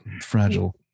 fragile